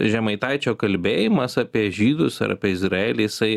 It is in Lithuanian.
žemaitaičio kalbėjimas apie žydus ar apie izraelį jisai